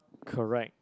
correct